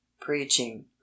preaching